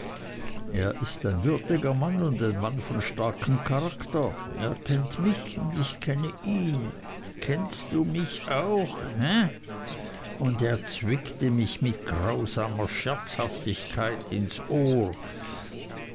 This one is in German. er ist ein würdiger mann und ein mann von starkem charakter er kennt mich und ich kenne ihn kennst du mich auch he und er zwickte mich mit grausamer scherzhaftigkeit ins ohr